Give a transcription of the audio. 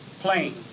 plane